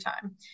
time